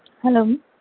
hello